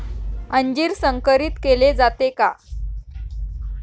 अंजीर संकरित केले जाते का?